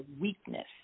weakness